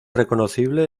reconocible